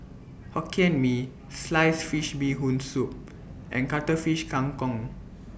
Hokkien Mee Sliced Fish Bee Hoon Soup and Cuttlefish Kang Kong